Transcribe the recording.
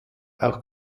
auch